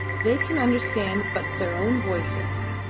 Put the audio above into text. they can understand but their own voices.